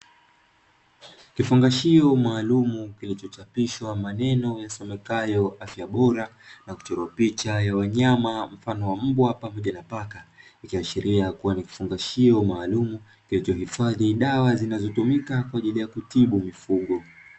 Kifungashio maalumu kilichochapishwa maneno yasomekayo afya bora na kuchorwa picha ya wanyama mfano wa mbwa pamoja na paka, ikiashiria kuwa ni kifungashio maalumu kilichohifadhi dawa zinazotumika kwa ajili ya kutibu mifugo.